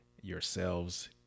yourselves